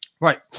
Right